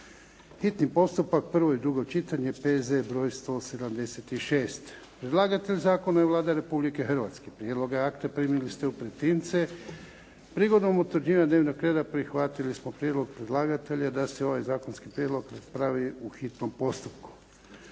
hitni postupak, prvo i drugo čitanje, P.Z. br. 176 Predlagatelj zakona je Vlada Republike Hrvatske. Prijedloge akta primili ste u pretince. Prigodom utvrđivanja dnevnog reda prihvatili smo prijedlog predlagatelja da se ovaj zakonski prijedlog raspravi u hitnom postupku.